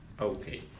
Okay